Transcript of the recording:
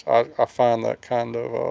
ah ah find that kind of